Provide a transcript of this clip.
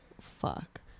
fuck